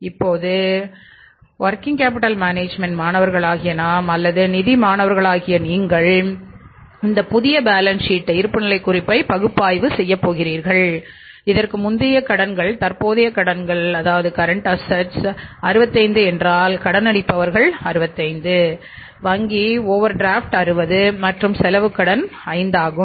இப்போது working capital management 60 மற்றும் செலவுக் கடன் 5 ஆகும்